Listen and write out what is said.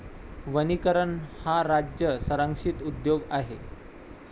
वनीकरण हा राज्य संरक्षित उद्योग आहे